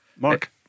Mark